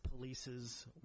polices